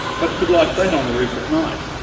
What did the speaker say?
but could lie flat on the roof at night.